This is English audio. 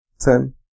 ten